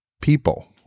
people